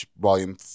volume